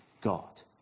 God